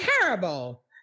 terrible